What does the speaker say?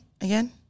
again